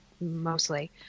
mostly